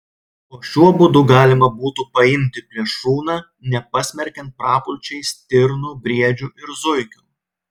o šiuo būdu galima būtų paimti plėšrūną nepasmerkiant prapulčiai stirnų briedžių ir zuikių